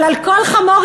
אבל על כל "חמור",